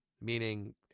Meaning